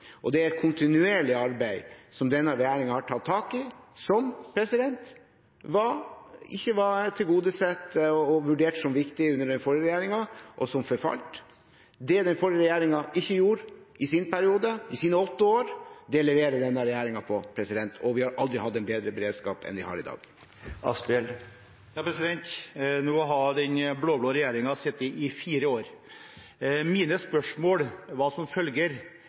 Det er et kontinuerlig arbeid, som denne regjeringen har tatt tak i, som ikke var tilgodesett og vurdert som viktig under den forrige regjeringen, og som forfalt. Det den forrige regjeringen ikke gjorde i sin periode, i sine åtte år, leverer denne regjeringen på, og vi har aldri hatt en bedre beredskap enn vi har i dag. Nå har den blå-blå regjeringen sittet i fire år. Et av mine spørsmål var som følger: